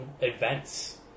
events